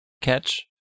catch